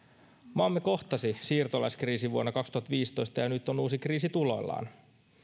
maamme kohtasi siirtolaiskriisin vuonna kaksituhattaviisitoista ja nyt on uusi kriisi tuloillaan